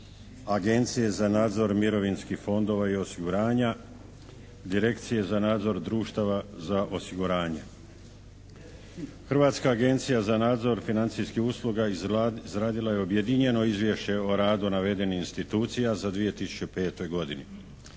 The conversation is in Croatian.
Agencije za nadzor mirovinskih fondova i osiguranja, Direkcije za nadzor društava za osiguranja. Hrvatska agencija za nadzor financijskih usluga izradila je objedinjeno izvješće o radu navedenih institucija za 2005. godinu.